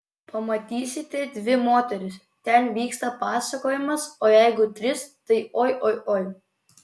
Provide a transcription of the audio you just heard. pamatysite dvi moteris ten vyksta pasakojimas o jeigu tris tai oi oi oi